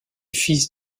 fils